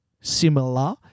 similar